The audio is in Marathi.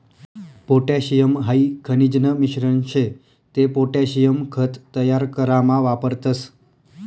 पोटॅशियम हाई खनिजन मिश्रण शे ते पोटॅशियम खत तयार करामा वापरतस